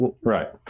right